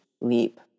leap